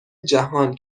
جهان